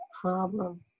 problem